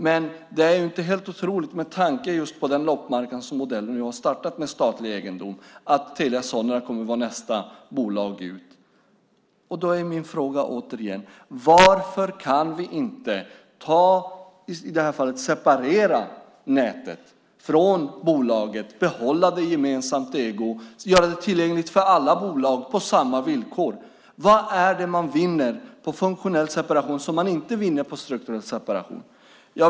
Men det är inte helt otroligt, med tanke på den loppmarknadsmodell som ni har startat med statlig egendom, att Telia Sonera kommer att vara nästa bolag som säljs ut. Då är min fråga återigen: Varför kan vi i detta fall inte separera nätet från bolaget och behålla det i gemensam ägo och göra det tillgängligt för alla bolag på samma villkor? Vad är det man vinner på funktionell separation som man inte vinner på strukturell separation?